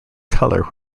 colour